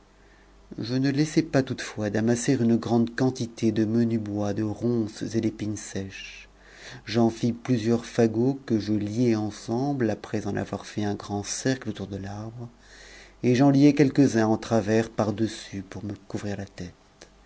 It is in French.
je ne laissai pas toutefois d'amasser une grande quantité de mcrn bois de ronces et d'épines sèches j'en fis plusieurs fagots ue je ti ensemble après en avoir fait un grand cercle autour de t'arbre et j'en liai quelques-uns de travers par-dessus pour me couvrir la tète